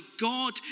God